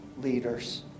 leaders